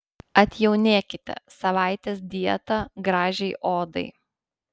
atjaunėkite savaitės dieta gražiai odai